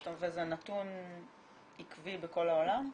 זה נתון עקבי בכל העולם,